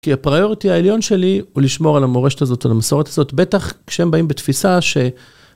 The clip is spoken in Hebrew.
כי הפריוריטי העליון שלי הוא לשמור על המורשת הזאת, על המסורת הזאת, בטח כשהם באים בתפיסה ש...